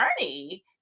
journey